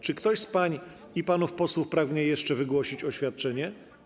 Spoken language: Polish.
Czy ktoś z pań i panów posłów pragnie jeszcze wygłosić oświadczenie?